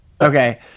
Okay